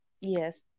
Yes